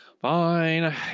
Fine